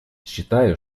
считаю